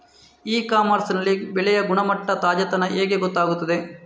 E commerce ನಲ್ಲಿ ಬೆಳೆಯ ಗುಣಮಟ್ಟ, ತಾಜಾತನ ಹೇಗೆ ಗೊತ್ತಾಗುತ್ತದೆ?